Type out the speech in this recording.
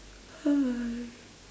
hello